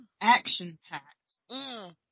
action-packed